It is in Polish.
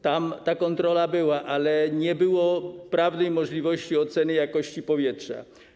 Ta kontrola odbyła się, ale nie było prawnej możliwości oceny jakości powietrza.